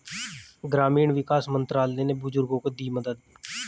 ग्रामीण विकास मंत्रालय ने बुजुर्गों को दी मदद